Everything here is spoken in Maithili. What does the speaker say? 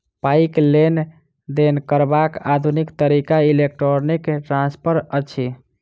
पाइक लेन देन करबाक आधुनिक तरीका इलेक्ट्रौनिक ट्रांस्फर अछि